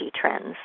trends